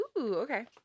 okay